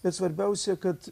bet svarbiausia kad